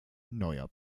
neuer